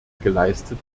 geleistet